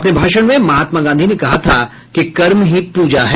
अपने भाषण में महात्मा गांधी ने कहा था कि कर्म ही पूजा है